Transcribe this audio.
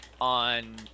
on